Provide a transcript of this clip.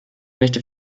möchte